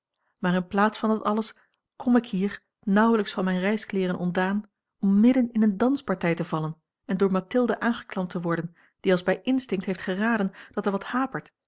maar in plaats van dat alles kom ik hier nauwelijks van mijne reiskleeren ontdaan om midden in eene danspartij te vallen en door mathilde aangeklampt te worden die als bij instinct heeft geraden dat er wat hapert